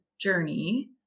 journey